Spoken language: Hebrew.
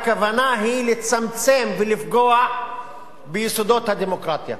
הכוונה היא לצמצם ולפגוע ביסודות הדמוקרטיה,